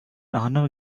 arnav